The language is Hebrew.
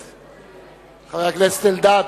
חבר הכנסת אלדד,